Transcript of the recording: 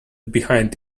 behind